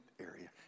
area